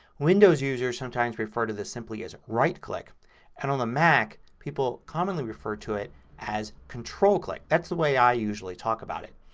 windows users sometimes refer to this simply as right click and on the mac people commonly refer to it as control click. that's the way i usually talk about it.